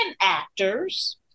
actors